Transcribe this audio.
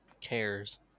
cares